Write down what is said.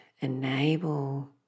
enable